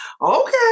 Okay